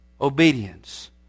obedience